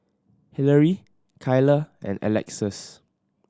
Hilary Kylah and Alexus